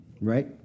right